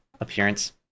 appearance